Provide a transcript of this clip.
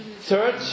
third